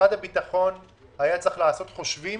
משרד הביטחון היה צריך לעשות חושבים